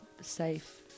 safe